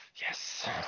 Yes